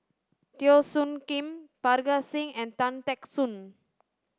Teo Soon Kim Parga Singh and Tan Teck Soon